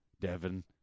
Devon